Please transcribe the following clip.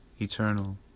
eternal